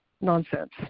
nonsense